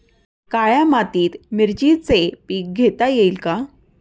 काळ्या मातीत मिरचीचे पीक घेता येईल का?